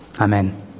Amen